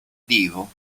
devo